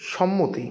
সম্মতি